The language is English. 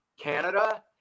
Canada